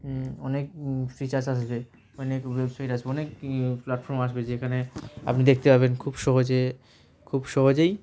অনেক ফিচার্স আসবে অনেক ওয়েবসাইট আসবে অনেক প্ল্যাটফর্ম আসবে যেখানে আপনি দেখতে পাবেন খুব সহজে খুব সহজেই